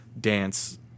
dance